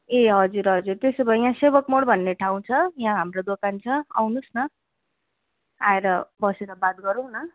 ए हजुर हजुर त्यसो भए यहाँ सेभोक मोड भन्ने ठाउँ छ यहाँ हाम्रो दोकान छ आउनुहोस् न आएर बसेर बात गरौँ न